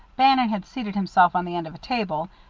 bannon had seated himself on the end of a table,